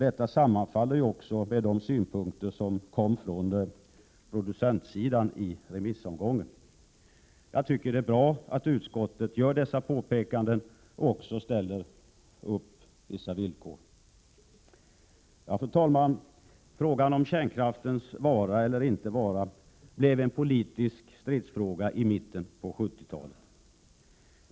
Detta sammanfaller ju också med de synpunkter som anfördes från producentsidan i remissomgången. Jag tycker det är bra att utskottet gör dessa påpekanden och också ställer upp vissa villkor. Herr talman! Frågan om kärnkraftens vara eller inte vara blev en politisk stridsfråga i mitten på 70-talet.